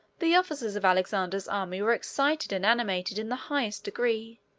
the officers of alexander's army were excited and animated in the highest degree,